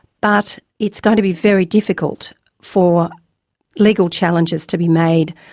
but it's going to be very difficult for legal challenges to be made,